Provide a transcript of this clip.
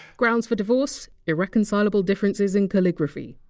grounds for divorce irreconcilable differences in calligraphy